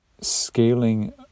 scaling